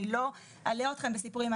אני אלאה אתכם בסיפורים,